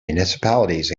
municipalities